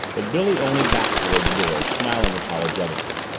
but billy only backed toward the door, smiling apologetically.